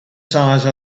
size